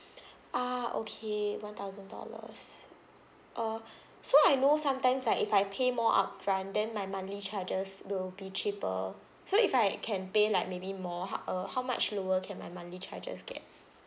ah okay one thousand dollars uh so I know sometimes like if I pay more upfront then my monthly charges will be cheaper so if I can pay like maybe more how uh how much lower can my monthly charges get